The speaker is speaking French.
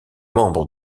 membre